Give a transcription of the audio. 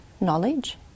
knowledge